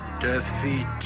defeat